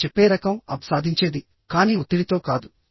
వారు చెప్పే రకం AB సాధించేది కానీ ఒత్తిడితో కాదు